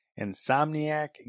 Insomniac